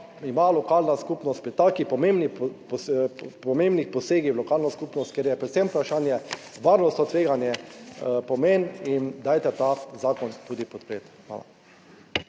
ima lokalna skupnost pri takih pomembnih, pomembnih posegih v lokalno skupnost, kjer je predvsem vprašanje varnostno tveganje, pomen in dajte ta zakon tudi podpreti. Hvala.